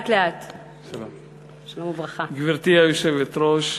גברתי היושבת-ראש,